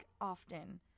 often